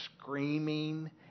screaming